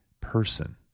person